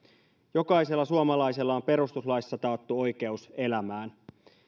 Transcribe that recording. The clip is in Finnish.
jokaisella suomalaisella on perustuslaissa taattu oikeus elämään